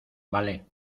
vale